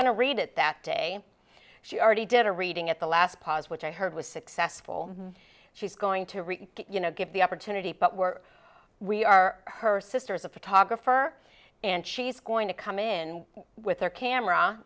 going to read it that day she already did a reading at the last pause which i heard was successful she's going to read you know give the opportunity but we're we are her sister is a photographer and she's going to come in with their camera